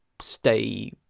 stay